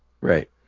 Right